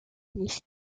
nicht